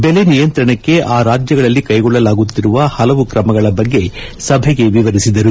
ಬೆಲೆ ನಿಯಂತ್ರಣಕ್ಕೆ ಆ ರಾಜ್ಯಗಳಲ್ಲಿ ಕೈಗೊಳ್ಳಲಾಗುತ್ತಿರುವ ಹಲವು ಕ್ರಮಗಳ ಬಗ್ಗೆ ಸಭೆಗೆ ವಿವರಿಸಿದರು